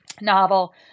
novel